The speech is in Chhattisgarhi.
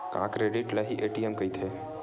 का क्रेडिट ल हि ए.टी.एम कहिथे?